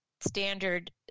standard